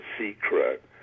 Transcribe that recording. secret